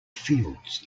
fields